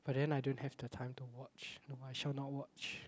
but then I don't have the time to watch no I shall not watch